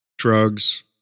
Drugs